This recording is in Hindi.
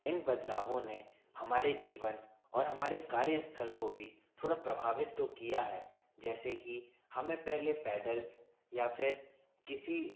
इन बदलावों ने हमारे जीवन और हमारे कार्यस्थल को भी थोड़ा प्रभावित तो किया है जैसे कि हमें पहले पैदल या फिर किसी